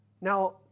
Now